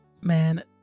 Man